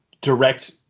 direct